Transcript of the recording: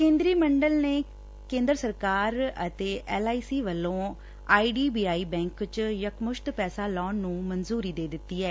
ਕੇਂਦਰੀ ਮੰਡਲ ਨੇ ਕੇਂਦਰ ਸਰਕਾਰ ਅਤੇ ਐਲ ਆਈ ਸੀ ਵੱਲੋਂ I D B I bank ਚ ਯਕਮੁਸ਼ਤ ਪੈਸਾ ਲਾਉਣ ਨੂੰ ਮਨਜੂਰੀ ਦੇ ਦਿੱਤੀ ਐ